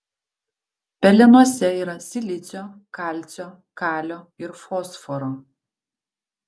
pelenuose yra silicio kalcio kalio ir fosforo